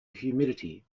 humidity